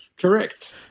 Correct